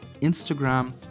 Instagram